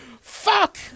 Fuck